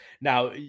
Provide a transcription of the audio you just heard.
Now